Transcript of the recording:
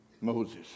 Moses